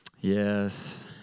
Yes